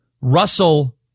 Russell